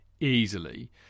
easily